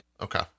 okay